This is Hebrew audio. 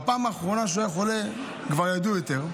בפעם האחרונה שהוא היה חולה כבר ידעו יותר.